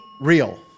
Real